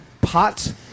pot